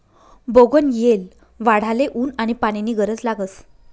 बोगनयेल वाढाले ऊन आनी पानी नी गरज लागस